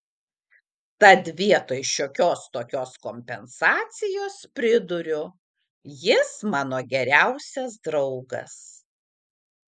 tad vietoj šiokios tokios kompensacijos priduriu jis mano geriausias draugas